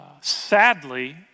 Sadly